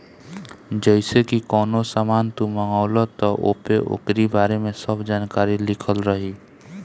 जइसे की कवनो सामान तू मंगवल त ओपे ओकरी बारे में सब जानकारी लिखल रहि